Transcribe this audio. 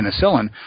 penicillin